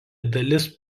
dalis